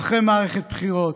אחרי מערכת בחירות.